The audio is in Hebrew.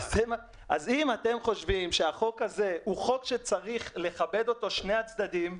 אז אם אתם חושבים שהחוק הזה הוא חוק שצריך לכבד אותו שני הצדדים,